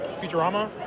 Futurama